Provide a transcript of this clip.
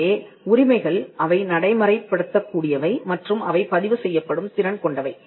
எனவே உரிமைகள் அவை நடைமுறைப்படுத்தக் கூடியவை மற்றும் அவை பதிவு செய்யப்படும் திறன் கொண்டவை